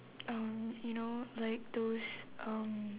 um you know like those um